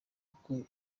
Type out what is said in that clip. uko